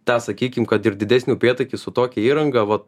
tą sakykim kad ir didesnį upėtakį su tokia įranga va